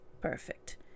perfect